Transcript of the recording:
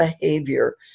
behavior